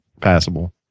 passable